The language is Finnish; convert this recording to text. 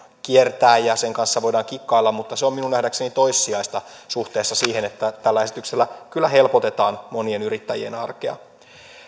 kiertää ja sen kanssa voidaan kikkailla mutta se on minun nähdäkseni toissijaista suhteessa siihen että tällä esityksellä kyllä helpotetaan monien yrittäjien arkea